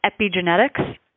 epigenetics